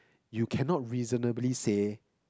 you cannot reasonably say